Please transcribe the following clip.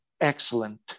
excellent